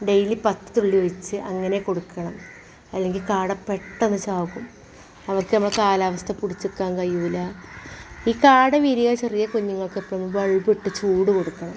daily പത്തുള്ളി ഒഴിച്ച് അങ്ങനെ കൊടുക്കണം അല്ലെങ്കിൽ കാട പെട്ടെന്ന് ചാകും അവർക്ക് നമ്മളെ കാലാവസ്ഥ പിടിച്ചുക്കാൻ കയിലുലാ ഈ കാട വിരിയാൻ ചെറിയ കുഞ്ഞുങ്ങൾക്കെപ്പഴും ബൾബിട്ട് ചൂട് കൊടുക്കണം